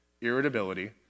irritability